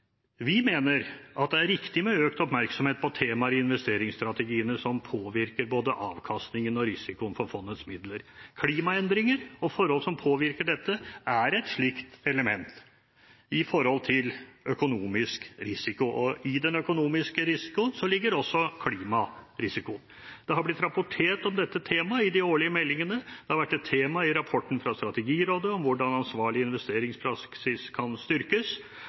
Vi mener at det er riktig med økt oppmerksomhet på temaer i investeringsstrategiene som påvirker både avkastningen og risikoen for fondets midler. Klimaendringer og forhold som påvirker dette, er et slikt element når det gjelder økonomisk risiko, og i den økonomiske risikoen ligger også klimarisikoen. Det har blitt rapportert om dette temaet i de årlige meldingene, det har vært et tema i rapporten fra Strategirådet om hvordan ansvarlig investeringspraksis kan styrkes,